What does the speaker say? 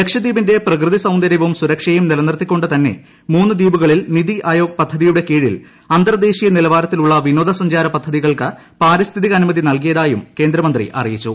ലക്ഷദ്വീപിന്റെ പ്രകൃതി സൌന്ദര്യവും സുരക്ഷയും നിലനിർത്തി കൊണ്ട് തന്നെ ദ ദ്വീപുകളിൽ നിതി ആയോഗ് പദ്ധതിയുടെ കീഴിൽ അന്തർദേശീയ നിലവാരത്തിലുള്ള വിനോദ പദ്ധതികൾക്ക് പാരിസ്ഥിതിക അനുമതി നൽകിയതായി കേന്ദ്രമന്ത്രി അറിയിച്ചു